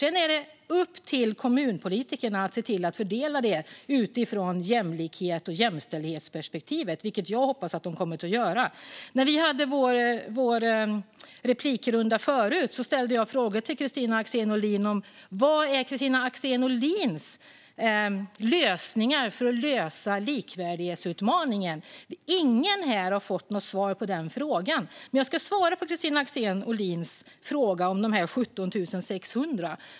Sedan är det upp till kommunpolitikerna att se till att fördela detta utifrån jämlikhets och jämställdhetsperspektivet, vilket jag hoppas att de kommer att göra. När vi hade vår replikrunda förut frågade jag Kristina Axén Olin om hennes lösningar på likvärdighetsutmaningen. Ingen här har fått något svar på den frågan. Men jag ska svara på Kristina Axén Olins fråga om de 17 600.